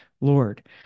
Lord